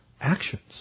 actions